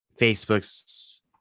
Facebook's